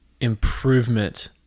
improvement